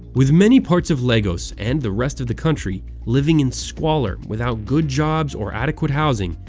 with many parts of lagos, and the rest of the country, living in squalor without good jobs or adequate housing,